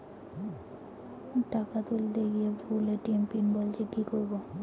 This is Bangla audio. টাকা তুলতে গিয়ে ভুল এ.টি.এম পিন বলছে কি করবো?